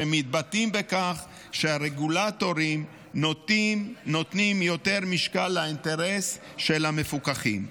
שמתבטאים בכך שהרגולטורים נותנים יותר משקל לאינטרס של המפוקחים.